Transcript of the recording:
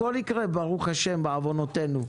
הכול יקרה, ברוך ה', בעוונותינו.